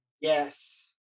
yes